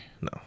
No